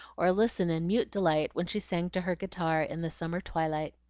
or listen in mute delight when she sang to her guitar in the summer twilight.